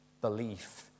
belief